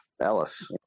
ellis